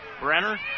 Brenner